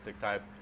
type